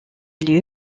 lieu